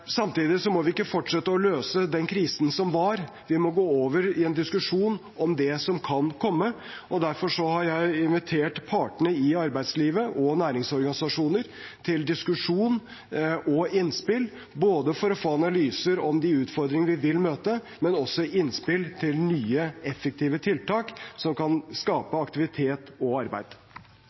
må vi ikke fortsette å løse den krisen som var, vi må gå over i en diskusjon om det som kan komme. Derfor har jeg invitert partene i arbeidslivet og næringsorganisasjoner til diskusjon og innspill, både for å få analyser om de utfordringer vi vil møte, og også for å få innspill til nye, effektive tiltak som kan skape aktivitet og arbeid.